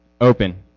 open